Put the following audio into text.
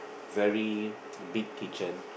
very a big kitchen